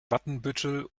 watenbüttel